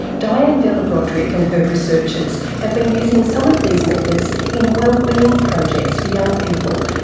dianne vella-brodrick and her researchers have been using some of these methods in wellbeing projects for young people,